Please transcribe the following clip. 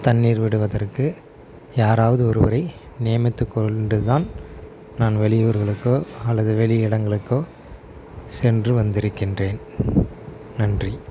தண்ணீர் விடுவதற்கு யாரவது ஒருவரை நியமித்து கொண்டு தான் நான் வெளியூருகளுக்கோ அல்லது வெளி இடங்களுக்கோ சென்று வந்திருக்கின்றேன் நன்றி